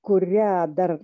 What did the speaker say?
kurią dar